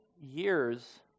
years